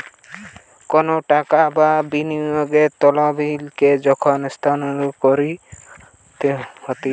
কোনো টাকা বা বিনিয়োগের তহবিলকে যখন স্থানান্তর করা হতিছে